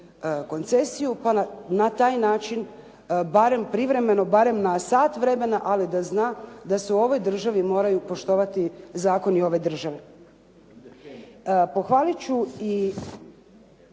koncesiju pa na taj način barem privremeno, barem na sat vremena, ali da zna da se u ovoj državi moraju poštovati zakoni ove države.